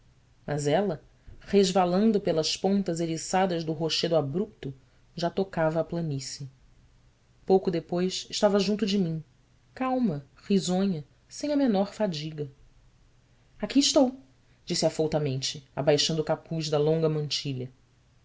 mas ela resvalando pelas pontas eriçadas do rochedo abrupto já tocava a planície pouco depois estava junto de mim calma risonha sem a menor fadiga qui estou disse afoutamente abaixando o capuz da longa mantilha